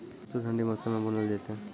मसूर ठंडी मौसम मे बूनल जेतै?